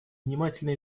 внимательно